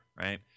right